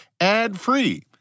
ad-free